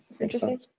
interesting